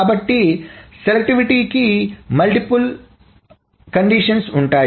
కాబట్టి సెలెక్టివిటీ కి బహుళ నియమాలు ఉంటాయి